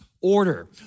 order